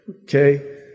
Okay